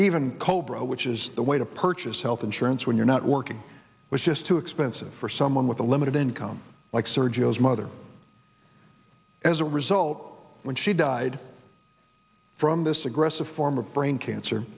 even cobra which is the way to purchase health insurance when you're not working was just too expensive for someone with a limited income like sergio's mother as a result when she died from this aggressive form of brain cancer